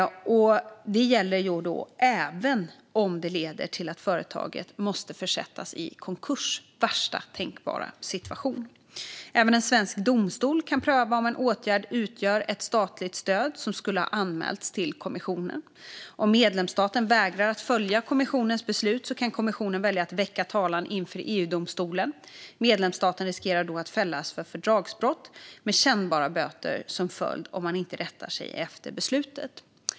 Det gäller även om det leder till att företaget måste försättas i konkurs - värsta tänkbara situation. Även en svensk domstol kan pröva om en åtgärd utgör ett statligt stöd som skulle ha anmälts till kommissionen. Om medlemsstaten vägrar att följa kommissionens beslut kan kommissionen välja att väcka talan inför EU-domstolen. Medlemsstaten riskerar då att fällas för fördragsbrott med kännbara böter som följd om man inte rättar sig efter beslutet.